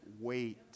wait